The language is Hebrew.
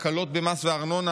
הקלות במס וארנונה,